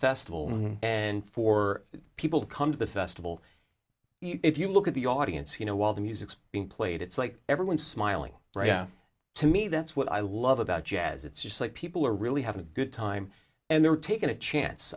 festival and for people to come to the festival if you look at the audience you know while the music's being played it's like everyone smiling right yeah to me that's what i love about jazz it's just like people are really having a good time and they're taking a chance